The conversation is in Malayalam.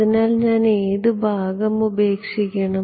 അതിനാൽ ഞാൻ ഏത് ഭാഗം ഉപേക്ഷിക്കണം